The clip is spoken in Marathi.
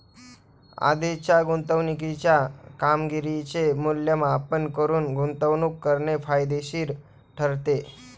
आधीच्या गुंतवणुकीच्या कामगिरीचे मूल्यमापन करून गुंतवणूक करणे फायदेशीर ठरते